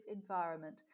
environment